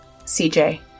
CJ